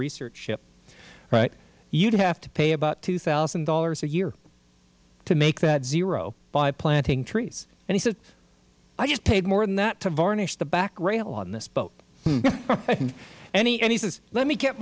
research ship you would have to pay about two thousand dollars a year to make that zero by planting trees and he said i just paid more than that to varnish the back rail on this boat and he said let me get